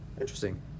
Interesting